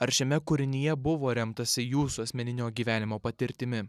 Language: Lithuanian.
ar šiame kūrinyje buvo remtasi jūsų asmeninio gyvenimo patirtimi